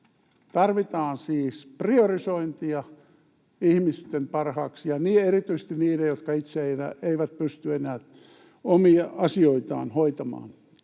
Tarvitaan siis priorisointia ihmisten parhaaksi, erityisesti niiden, jotka itse eivät pysty enää omia asioitaan hoitamaan.